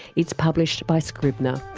it's published by scribner.